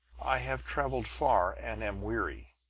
i have traveled far and am weary.